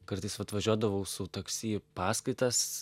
kartais vat važiuodavau su taksi į paskaitas